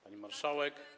Pani Marszałek!